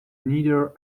neither